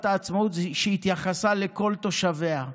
מגילת העצמאות היא שהיא התייחסה לכל תושביה,